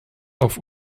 auf